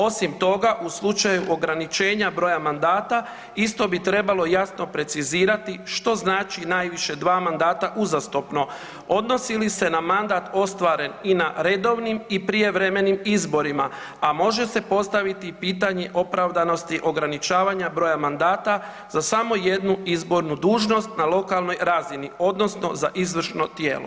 Osim toga, u slučaju ograničenja broja mandata isto bi trebalo jasno precizirati što znači najviše dva mandata uzastopno, odnosi li se na mandat ostvaren i na redovnim i na prijevremenim izborima, a može se postaviti i pitanje opravdanosti ograničavanja broja mandata za samo jednu izbornu dužnost na lokalnoj razini, odnosno za izvršno tijelo.